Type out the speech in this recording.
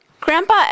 Grandpa